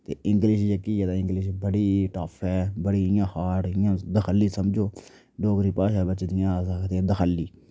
ते इंग्लिश जेह्की ऐ ते इंग्लिश बड़ी टफ ऐ बड़ी इ'यां हार्ड इन्ना दक्खालि समझो डोगरी भाशा बिच जियां अस आखदे दक्खली